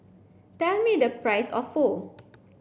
tell me the price of Pho